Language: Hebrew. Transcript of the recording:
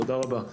תודה רבה.